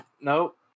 Nope